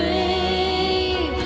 a